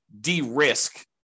de-risk